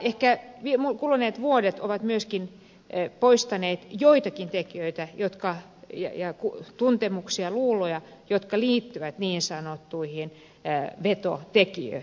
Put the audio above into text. ehkä kuluneet vuodet ovat myöskin poistaneet joitakin tekijöitä ja tuntemuksia luuloja jotka liittyvät niin sanottuihin vetovoimatekijöihin